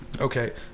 Okay